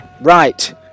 right